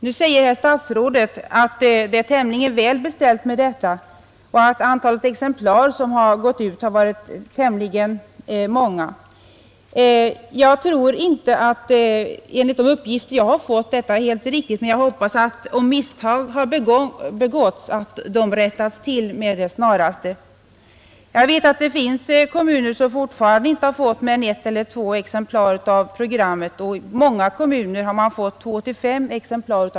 Nu säger herr statsrådet att det är tämligen väl beställt med detta och att det varit rätt många exemplar som gått ut. Enligt de uppgifter jag fått är detta inte helt riktigt, men jag hoppas att om misstag har begåtts, dessa rättas till med det snaraste. Jag vet att det finns kommuner som fortfarande inte har fått mer än ett eller två exemplar av programmet, och i många kommuner har man fått två till fem exemplar.